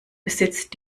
besitzt